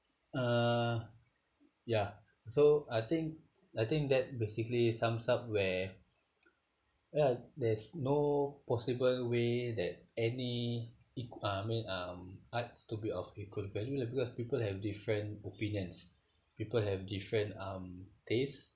uh ya so I think I think that basically sums up where ya there's no possible way that any equa~ I mean um arts to be of equal value lah because people have different opinions people have different um tastes